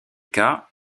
cas